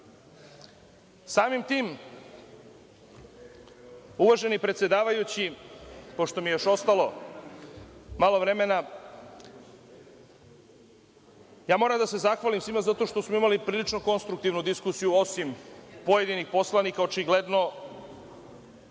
tim, uvaženi predsedavajući, pošto mi je još ostalo malo vremena, moram da se zahvalim svima zato što smo imali prilično konstruktivnu diskusiju, osim pojedinih poslanika, očigledno